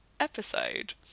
episode